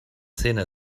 szene